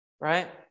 right